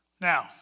Now